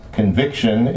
conviction